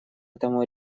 этому